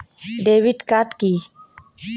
Debit card key?